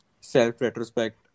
self-retrospect